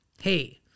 Hey